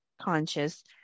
conscious